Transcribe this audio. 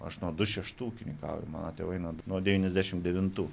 aš nuo du šeštų ūkininkauju mano tėvai nuo devyniasdešimt devintų